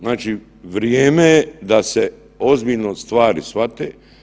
Znači, vrijeme je da se ozbiljno stvari shvate.